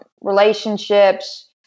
relationships